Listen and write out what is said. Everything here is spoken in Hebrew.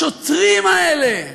השוטרים האלה.